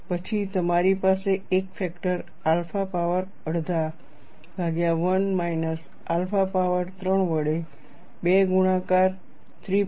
પછી તમારી પાસે એક ફેક્ટર આલ્ફા પાવર અડધા ભાગ્યા 1 માઇનસ આલ્ફા પાવર 3 વડે 2 ગુણાકાર 3